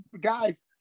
guys